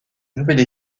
nouvelle